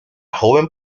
joven